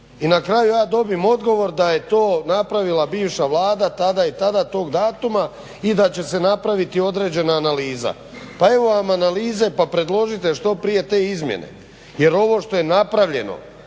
I na kraju ja dobijem odgovor da je to napravila bivša Vlada tada i tada, tog datuma i da će se napraviti određena analiza. Pa evo vam analize pa predložite što prije te izmjene jer ovo što je napravljeno